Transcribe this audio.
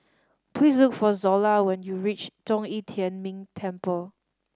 please look for Zola when you reach Zhong Yi Tian Ming Temple